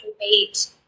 wait